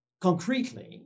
concretely